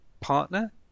partner